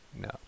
No